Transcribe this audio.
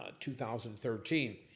2013